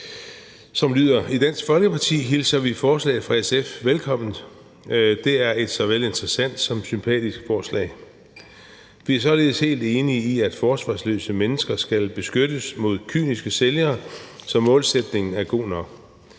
som lyder: I Dansk Folkeparti hilser vi forslaget fra SF velkommen. Det er et såvel interessant som sympatisk forslag. Vi er således helt enige i, at forsvarsløse mennesker skal beskyttes mod kyniske sælgere, så målsætningen er god nok.